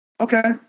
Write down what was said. Okay